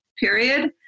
period